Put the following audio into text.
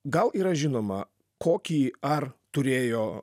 gal yra žinoma kokį ar turėjo